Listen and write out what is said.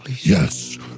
Yes